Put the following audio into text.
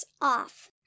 off